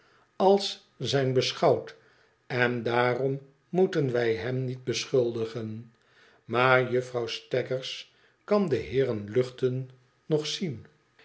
als z ij n beschouwd en daarom moeten wij hem nïet beschuldigen maar juffrouw saggers kan de heeren luchten noch zien